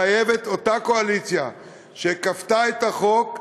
חייבת אותה קואליציה שכפתה את החוק,